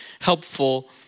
helpful